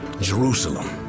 jerusalem